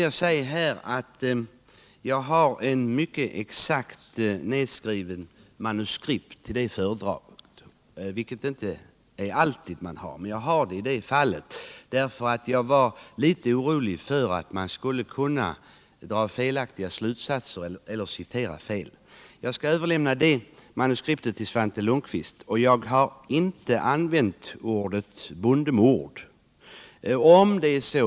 Jag har ett manuskript till det föredraget — det är inte alltid man har det, men jag var den här gången litet orolig för att man skulle kunna 2 dra felaktiga slutsatser av vad jag sade eller citera mig fel. Jag skall överlämna det manuskriptet till Svante Lundkvist. Jag har inte använt ordet bondemord.